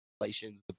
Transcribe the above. relations